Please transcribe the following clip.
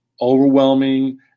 overwhelming